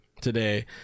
today